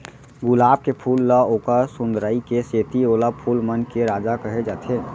गुलाब के फूल ल ओकर सुंदरई के सेती ओला फूल मन के राजा कहे जाथे